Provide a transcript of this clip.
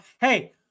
Hey